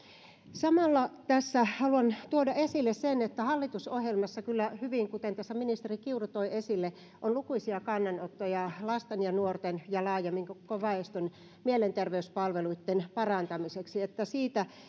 samalla tässä haluan tuoda esille sen että hallitusohjelmassa kyllä on kuten ministeri kiuru toi esille lukuisia kannanottoja lasten ja nuorten ja laajemmin koko väestön mielenterveyspalveluiden parantamiseksi että siitä